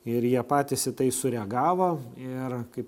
ir jie patys į tai sureagavo ir kaip